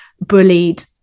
bullied